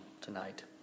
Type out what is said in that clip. tonight